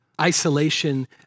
isolation